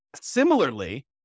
Similarly